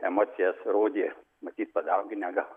emocijas rodė matyt padauginę gal